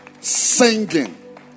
Singing